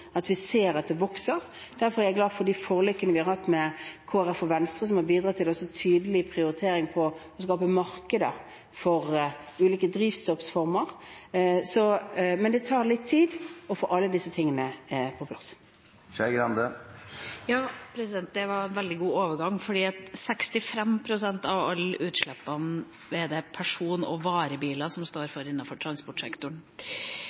har hatt med Kristelig Folkeparti og Venstre, som har bidratt til en tydelig prioritering for å skape markedet for ulike drivstoffsformer. Men det tar litt tid å få alle disse tingene på plass. Det var en veldig god overgang, for 65 pst. av alle utslippene er det person- og varebiler som står